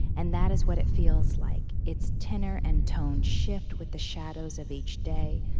and that is what it feels like. its tenor and tone shift with the shadows of each day,